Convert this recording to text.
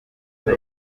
ibyo